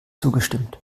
zugestimmt